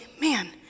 man